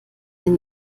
den